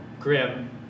Grim